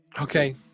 okay